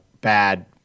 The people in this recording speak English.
bad